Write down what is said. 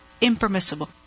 impermissible